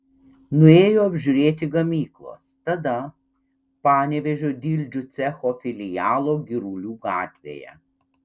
nuėjo apžiūrėti gamyklos tada panevėžio dildžių cecho filialo girulių gatvėje